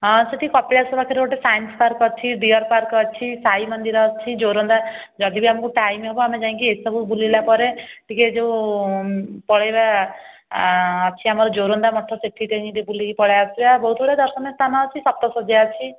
ହଁ ସେଠି କପିଳାସ ପାଖରେ ଗୋଟେ ସାଇନ୍ସ୍ ପାର୍କ୍ ଅଛି ଡ଼ିୟର୍ ପାର୍କ୍ ଅଛି ସାଇ ମନ୍ଦିର ଅଛି ଯୋରନ୍ଦା ଯଦି ବି ଆମକୁ ଟାଇମ୍ ହେବ ଆମେ ଯାଇକି ଏସବୁ ବୁଲିଲା ପରେ ଟିକେ ଯୋଉ ପଳେଇବା ଅଛି ଆମର ଯୋରନ୍ଦା ମଠ ସେଠି ଯାଇକି ବୁଲିକି ପଳେଇ ଆସିବା ବହୁତ୍ ଗୁଡ଼ିଏ ଦର୍ଶନୀୟ ସ୍ଥାନ ଅଛି ସପ୍ତଶର୍ଯ୍ୟା ଅଛି